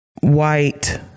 white